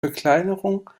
verkleinerung